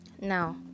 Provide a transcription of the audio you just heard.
now